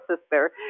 sister